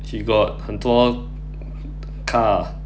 she got 很多 car ah